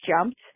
jumped